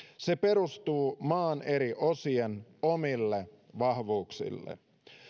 se perustuu maan eri osien omille vahvuuksille